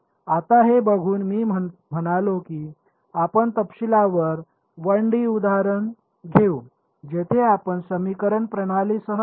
आता हे बघून मी म्हणालो की आपण तपशीलवार 1 डी उदाहरण घेऊ जेथे आपण समीकरण प्रणालीसह पाहू